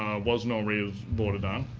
was no raise voted on.